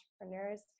entrepreneurs